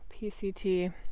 PCT